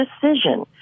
decision